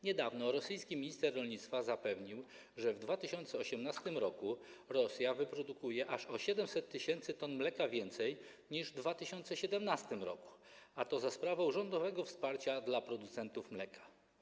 Niedawno rosyjski minister rolnictwa zapewnił, że w 2018 r. Rosja wyprodukuje aż o 700 tys. t mleka więcej niż w 2017 r., a to za sprawą rządowego wsparcia dla producentów mleka.